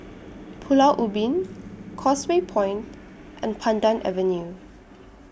Pulau Ubin Causeway Point and Pandan Avenue